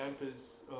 campus